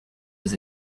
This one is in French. aux